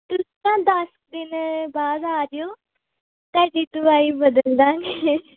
ਤੁਸੀਂ ਨਾ ਦਸ ਦਿਨ ਬਾਅਦ ਆ ਜਿਓ ਤੁਹਾਡੀ ਦਵਾਈ ਬਦਲ ਦਾਂਗੇ